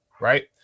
Right